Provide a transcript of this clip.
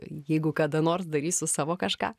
jeigu kada nors darysiu savo kažką